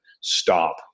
stop